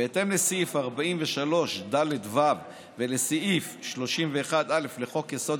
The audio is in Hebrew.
בהתאם לסעיף 43ד(ו) ולסעיף 31(א) לחוק-יסוד: